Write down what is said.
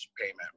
payment